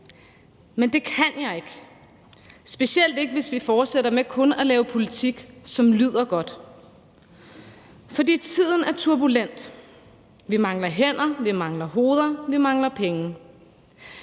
men det kan jeg ikke, specielt ikke hvis vi fortsætter med kun at lave politik, som lyder godt. For tiden er turbulent, og vi mangler hænder, vi mangler hoveder, vi mangler penge.